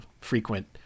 frequent